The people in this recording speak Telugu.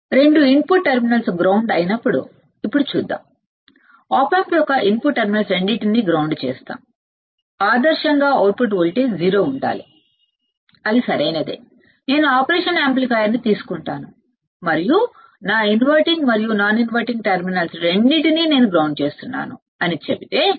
రెండు ఇన్పుట్ టెర్మినల్స్ గ్రౌండ్ అయినప్పుడు ఇప్పుడు చూద్దాం ఆప్ ఆంప్ యొక్క ఇన్పుట్ టెర్మినల్స్ రెండింటినీ గ్రౌండ్ చేస్తాము ఐడియల్ గా అవుట్పుట్ వోల్టేజ్ సున్నా ఉండాలి అది సరైనదే నేను ఆపరేషన్ యాంప్లిఫైయర్ తీసుకుంటాను మరియు నా ఇన్వర్టింగ్ మరియు నాన్ ఇన్వర్టింగ్ టెర్మినల్స్ రెండింటినీ నేను గ్రౌండ్ చేస్తున్నాను అని నేను చెబితే అవుట్పుట్ వోల్టేజ్ Vo సున్నా ఉండాలి